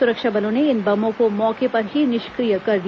सुरक्षा बलों ने इन बमों को मौके पर ही निष्क्रिय कर दिया